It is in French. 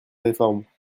réforme